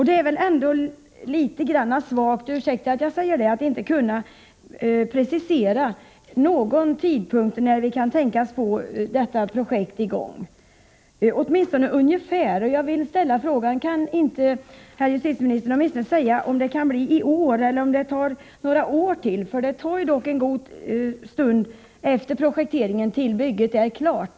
Det är väl ändå litet svagt — ursäkta att jag säger det — att justitieministern inte kan precisera någon tidpunkt, åtminstone ungefär, när vi kan tänkas få i gång polishusprojektet. Jag vill ställa frågan: Kan inte herr justitieministern åtminstone säga om det blir i år eller om det dröjer några år till? Det tar dock en god stund från projekteringen till det att bygget är klart.